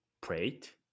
plate